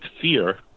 fear